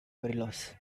gorillas